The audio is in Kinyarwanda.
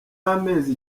y’amezi